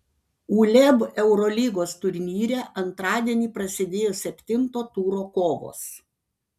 uleb eurolygos turnyre antradienį prasidėjo septinto turo kovos